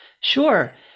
Sure